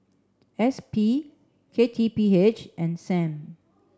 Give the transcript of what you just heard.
S P K T P H and Sam